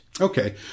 Okay